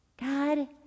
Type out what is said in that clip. God